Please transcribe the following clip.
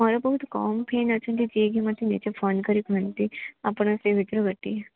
ମୋର ବହୁତ କମ୍ ଫ୍ୟାନ୍ ଅଛନ୍ତି ଯିଏକି ମତେ ନିଜେ ଫୋନ୍ କରିକି କୁହନ୍ତି ଆପଣ ସେ ଭିତରୁ ଗୋଟିଏ